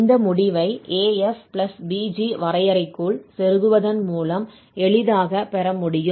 இந்த முடிவை af bg வரையறைக்குள் செருகுவதன் மூலம் எளிதாகப் பெற முடியும்